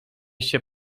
się